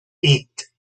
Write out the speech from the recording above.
eight